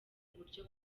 uburyo